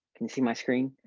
can you see my screen?